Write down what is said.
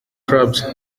clubs